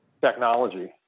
technology